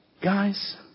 guys